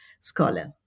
scholar